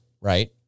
right